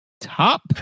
top